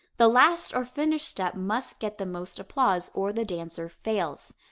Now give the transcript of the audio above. the last or finish step must get the most applause or the dancer fails.